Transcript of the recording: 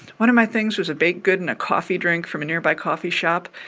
one of my things was a baked good and a coffee drink from a nearby coffee shop.